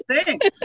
Thanks